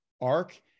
arc